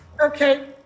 Okay